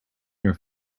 your